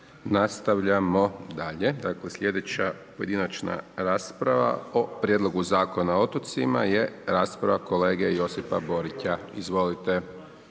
Nastavljamo dalje. Slijedeća pojedinačna rasprava o Prijedlogu Zakona o otocima je rasprava kolege Josipa Borića. Izvolite.